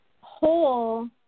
whole